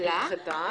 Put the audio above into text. נדחתה.